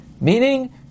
Meaning